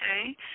okay